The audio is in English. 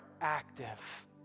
active